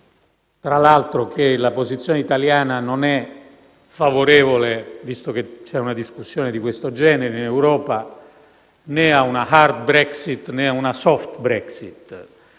tra l'altro, che la posizione italiana non è favorevole - visto che c'è una discussione di questo genere in Europa - né ad una *hard* Brexit né ad una *soft* Brexit.